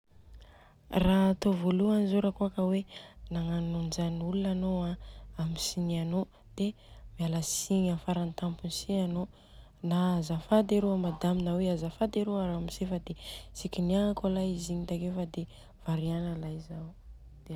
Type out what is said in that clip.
Ra atô voaloany zô ka hoe nagnano anzani olona anô aminy tsy nianô de mialatsigny amin'ny faratampony si anô. Na azafady arô a Ramose azafady arô a Madame fade tsy kiniako alay izy Igny takeo fa variana alay Zao.